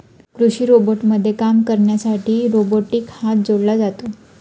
कृषी रोबोटमध्ये काम करण्यासाठी रोबोटिक हात जोडला जातो